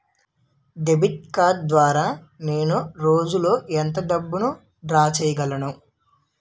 Debit card ద్వారా నేను రోజు లో ఎంత డబ్బును డ్రా చేయగలను?